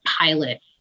pilot